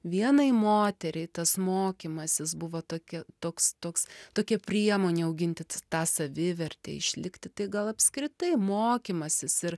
vienai moteriai tas mokymasis buvo tokie toks toks tokia priemonė auginti tą savivertę išlikti tai gal apskritai mokymasis ir